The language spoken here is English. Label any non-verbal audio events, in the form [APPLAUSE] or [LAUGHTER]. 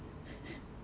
[LAUGHS]